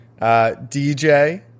DJ